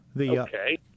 Okay